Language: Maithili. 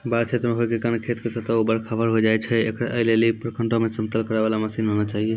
बाढ़ क्षेत्र होय के कारण खेत के सतह ऊबड़ खाबड़ होय जाए छैय, ऐ लेली प्रखंडों मे समतल करे वाला मसीन होना चाहिए?